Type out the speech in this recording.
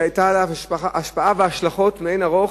שהיו לו השפעה והשלכות לאין ערוך,